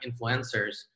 influencers